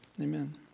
Amen